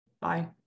Bye